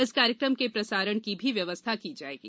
इस कार्यक्रम के प्रसारण की भी व्यवस्था की जायेगी